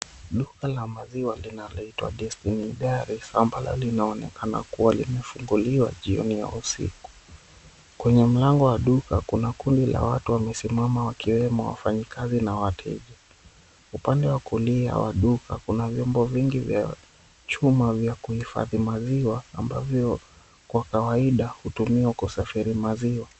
Duka la maziwa linaloitwa "Destiny Dairies" ambalo linaonekana kuwa limefunguliwa jioni ya usiku. Kwenye mlango wa duka kuna kundi la watu wamesimama wakiwemo wafanyikazi na wateja, upande wa kulia wa duka kuna vyombo vingi vya chuma vya kuhifadhi maziwa ambavyo kwa kawaida hutumiwa kusafiri maziwa.